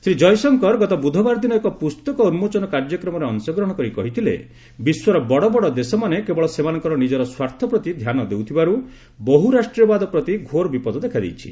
ଶ୍ରୀ ଜୟଶଙ୍କର ଗତ ବୁଧବାର ଦିନ ଏକ ପୁସ୍ତକ ଉନ୍କୋଚନ କାର୍ଯ୍ୟକ୍ରମରେ ଅଶଗ୍ରହଣ କରି କହିଥିଲେ ବିଶ୍ୱର ବଡ଼ବଡ଼ ଦେଶମାନେ କେବଳ ସେମାନଙ୍କର ନିଜର ସ୍ୱାର୍ଥପ୍ରତି ଧ୍ୟାନ ଦେଉଥିବାରୁ ବହୁରାଷ୍ଟ୍ରୀୟବାଦ ପ୍ରତି ଘୋର ବିପଦ ଦେଖାଦେଇଛି